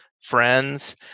friends